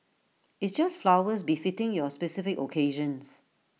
it's just flowers befitting your specific occasions